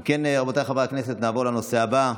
אם כן, רבותיי חברי הכנסת, נעבור לנושא הבא,